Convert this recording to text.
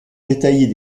détaillée